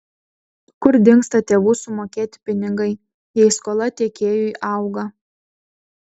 kur dingsta tėvų sumokėti pinigai jei skola tiekėjui auga